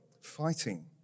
fighting